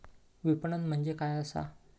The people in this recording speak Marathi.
विपणन म्हणजे काय असा?